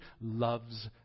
loves